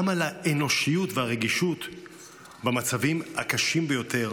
וגם על האנושיות והרגישות במצבים הקשים ביותר